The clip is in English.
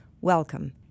Welcome